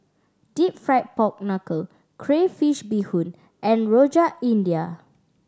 Deep Fried Pork Knuckle crayfish beehoon and Rojak India